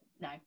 No